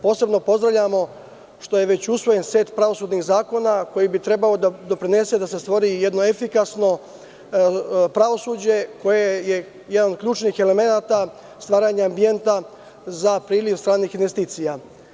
Posebno pozdravljamo što je već usvojen set pravosudnih zakona koji bi trebao da doprinese da se stvori jedno efikasno pravosuđe koje je jedan od ključnih elemenata stvaranja ambijenta za priliv stranih investicija.